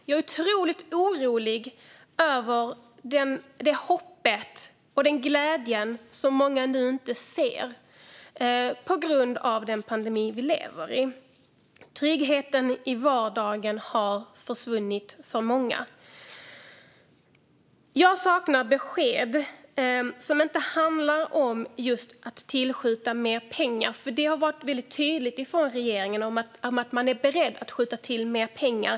Jag är oerhört orolig över att många nu inte ser det hoppet och den glädjen på grund av pandemin vi lever i. Tryggheten i vardagen har försvunnit för många. Jag saknar besked som inte handlar om att tillskjuta mer pengar. Regeringen har varit tydlig med att man är beredd att skjuta till mer pengar.